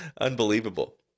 unbelievable